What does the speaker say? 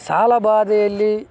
ಸಾಲ ಬಾಧೆಯಲ್ಲಿ